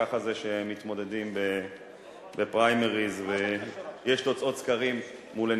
ככה זה שמתמודדים בפריימריז ויש תוצאות סקרים מול עיניך,